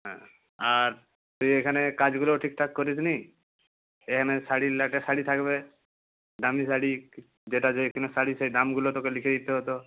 হ্যাঁ আর তুই এখানে কাজগুলোও ঠিকঠাক করিসনি এখানে শাড়ির লাটে শাড়ি থাকবে দামি শাড়ি যেটা যেখানের শাড়ি সেই দামগুলো তোকে লিখে দিতে হতো